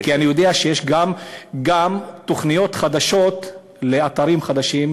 כי אני יודע שיש גם תוכניות חדשות לאתרים חדשים,